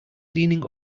leaning